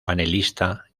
panelista